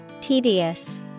Tedious